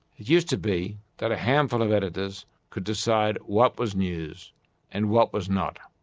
used to be that a handful of editors could decide what was news and what was not.